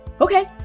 Okay